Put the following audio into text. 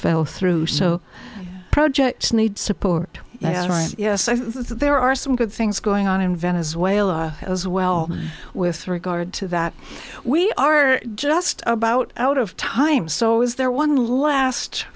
fell through so projects need support yes i think there are some good things going on in venezuela as well with regard to that we are just about out of time so is there one l